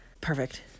perfect